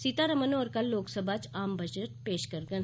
सीतारमण होर कल लोकसभा च आम बजट पेश करङन